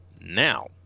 Now